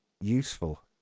useful